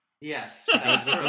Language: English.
yes